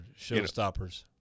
showstoppers